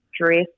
dress